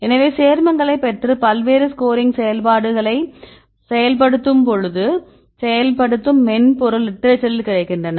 எனவே சேர்மங்களைப் பெற்று பல்வேறு ஸ்கோரிங் செயல்பாடுகளை செயல்படுத்தும் மென்பொருள் லிட்டரேச்சரில் கிடைக்கின்றன